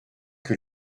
que